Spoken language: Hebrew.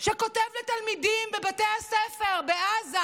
שכותב לתלמידים בבתי הספר בעזה